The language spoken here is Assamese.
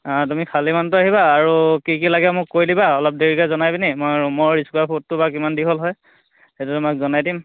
অঁ তুমি খালী মানুহটো আহিবা আৰু কি কি লাগে মোক কৈ দিবা অলপ দেৰিকে জনাই পিনি মই ৰুমৰ স্কোৱাৰ ফুটটো বা কিমান দীঘল হয় সেইটো তোমাক জনাই দিম